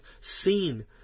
seen